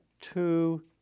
two